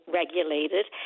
regulated